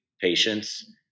patients